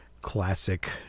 classic